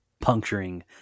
puncturing